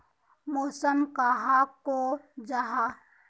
मौसम कहाक को जाहा?